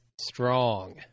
strong